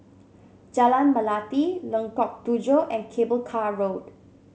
Jalan Melati Lengkok Tujoh and Cable Car Road